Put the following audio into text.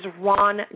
Ron